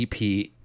ep